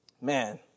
Man